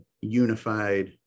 unified